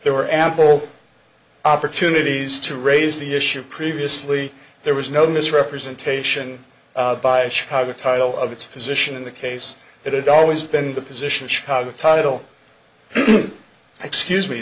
there were ample opportunities to raise the issue previously there was no misrepresentation by the title of its position in the case it had always been the position chicago title excuse me